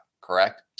correct